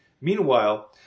Meanwhile